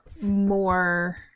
more